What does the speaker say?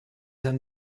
san